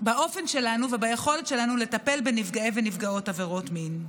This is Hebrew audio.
באופן וביכולת שלנו לטפל בנפגעי ונפגעות עבירות מין.